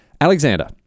Alexander